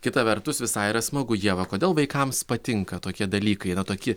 kita vertus visai yra smagu ieva kodėl vaikams patinka tokie dalykai na toki